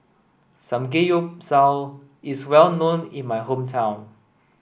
Samgeyopsal is well known in my hometown